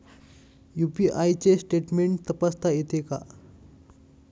UPI चे statement तपासता येते का?